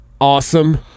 awesome